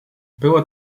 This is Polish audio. było